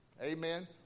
Amen